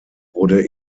wurde